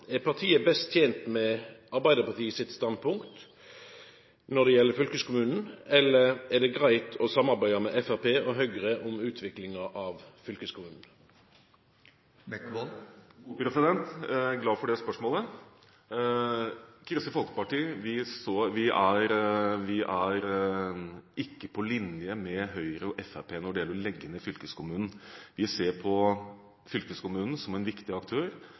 Er partiet best tent med Arbeidarpartiet sitt standpunkt når det gjeld fylkeskommunen, eller er det greitt å samarbeida med Framstegspartiet og Høgre om utviklinga av fylkeskommunen? Jeg er glad for det spørsmålet. Kristelig Folkeparti er ikke på linje med Høyre og Fremskrittspartiet når det gjelder å legge ned fylkeskommunen. Vi ser på fylkeskommunen som en viktig aktør,